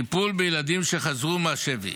טיפול בילדים שחזרו מהשבי.